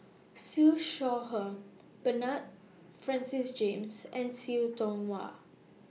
Siew Shaw Her Bernard Francis James and Siu Tong Wah